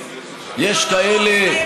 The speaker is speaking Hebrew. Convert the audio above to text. בפרוטוקול,